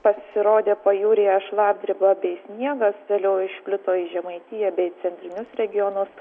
pasirodė pajūryje šlapdriba bei sniegas vėliau išplito į žemaitiją bei centrinius regionus